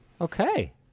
Okay